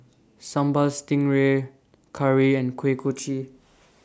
Sambal Stingray Curry and Kuih Kochi